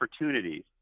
opportunities